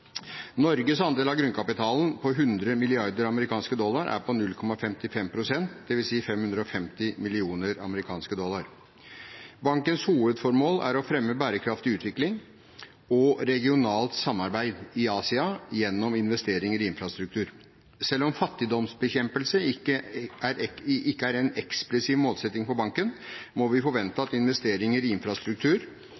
Norges andel av grunnkapitalen på 100 mrd. amerikanske dollar er på 0,55 pst., dvs. 550 mill. amerikanske dollar. Bankens hovedformål er å fremme bærekraftig utvikling og regionalt samarbeid i Asia gjennom investeringer i infrastruktur. Selv om fattigdomsbekjempelse ikke er en eksplisitt målsetting for banken, må vi forvente at investeringer i infrastruktur